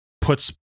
puts